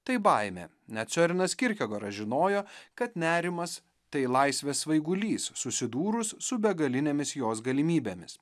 tai baimė net šiorenas kirkegoras žinojo kad nerimas tai laisvės svaigulys susidūrus su begalinėmis jos galimybėmis